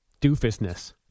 doofusness